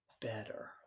better